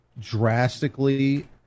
drastically